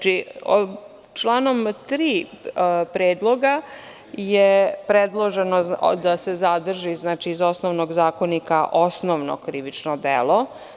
Članom 3. predloga je predloženo da se zadrži iz osnovnog Zakonika osnovno krivično delo.